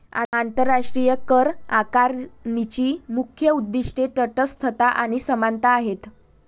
आंतरराष्ट्रीय करआकारणीची मुख्य उद्दीष्टे तटस्थता आणि समानता आहेत